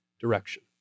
direction